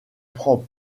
prend